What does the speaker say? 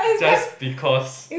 just because